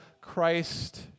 Christ